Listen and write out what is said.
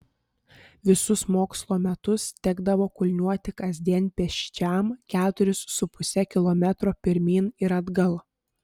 visus mokslo metus tekdavo kulniuoti kasdien pėsčiam keturis su puse kilometro pirmyn ir atgal